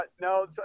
no